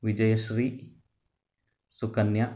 Vijayashree Sukanya